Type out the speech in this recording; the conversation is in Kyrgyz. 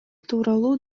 тууралуу